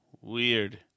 Weird